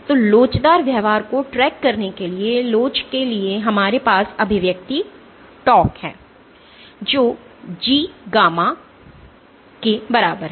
तो लोचदार व्यवहार को ट्रैक करने के लिए लोच के लिए हमारे पास अभिव्यक्ति tau है जो G गामा के बराबर है